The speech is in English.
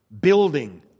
building